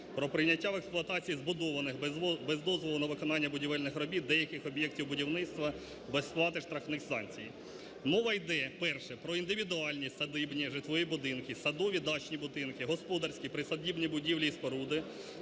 про прийняття в експлуатацію збудованих без дозволу на виконання будівельних робіт деяких об'єктів будівництва без сплати штрафних санкцій. Мова іде, перше – про індивідуальні садибні житлові будинки, садові дачні будинки, господарські, присадибні будівлі і споруди,